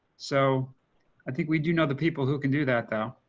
so i think we do know the people who can do that though.